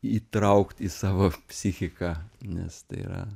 įtraukt į savo psichiką nes tai yra